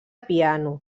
piano